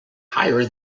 higher